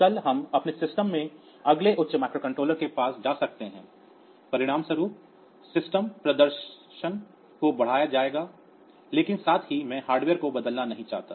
कल हम अपने सिस्टम में अगले उच्च माइक्रोकंट्रोलर के पास जा सकते हैं परिणामस्वरूप सिस्टम प्रदर्शन को बढ़ाया जाएगा लेकिन साथ ही मैं हार्डवेयर को बदलना नहीं चाहता